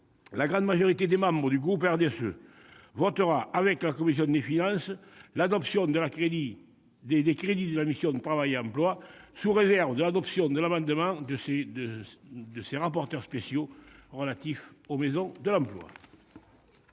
la grande majorité des membres du groupe du RDSE votera, avec la commission des finances, pour l'adoption des crédits de la mission « Travail et emploi », sous réserve de l'adoption de l'amendement des rapporteurs spéciaux relatif aux maisons de l'emploi.